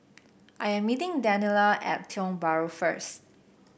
I am meeting Daniela at Tiong Bahru first